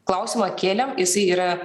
klausimą kėlėm jisai yra